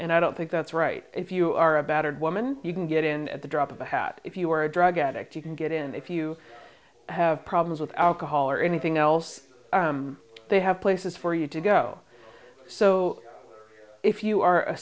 and i don't think that's right if you are a battered woman you can get in at the drop of a hat if you're a drug addict you can get in if you have problems with alcohol or anything else they have places for you to go so if you are a